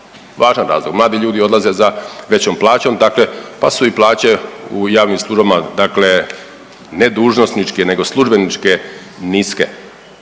važan razlog. Mladi ljudi odlaze za većom plaćom dakle pa su i plaće u javnim službama dakle ne dužnosničke nego službeničke niske